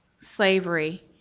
slavery